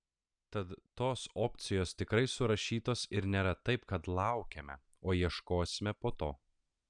tad tos opcijos tikrai surašytos ir nėra taip kad laukiame o ieškosime po to